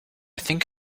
think